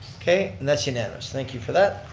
okay, and that's unanimous, thank you for that.